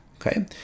okay